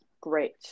great